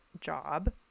job